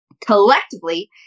Collectively